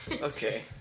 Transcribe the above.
Okay